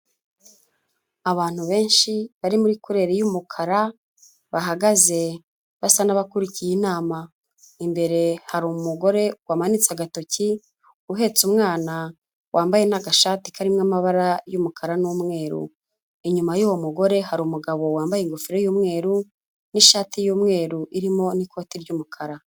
Abantu benshi bari muri kureri y'umukara bahagaze basa n'abakurikiye inama, imbere hari umugore wamanitse agatoki uhetse umwana, wambaye n'agashati karimo amabara y'umukara n'umweru. Inyuma y'uwo mugore hari umugabo wambaye ingofero y'umweru n'ishati y'umweru irimo n'ikoti ry'umukara.